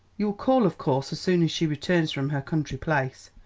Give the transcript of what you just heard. you'll call, of course, as soon as she returns from her country place.